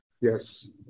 Yes